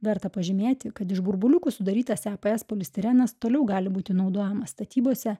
verta pažymėti kad iš burbuliukų sudarytas eps polistirenas toliau gali būti naudojamas statybose